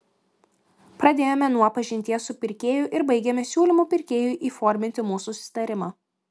pradėjome nuo pažinties su pirkėju ir baigėme siūlymu pirkėjui įforminti mūsų susitarimą